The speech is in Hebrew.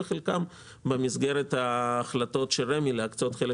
וחלקן במסגרת ההחלטות של רמ"י להקצות חלק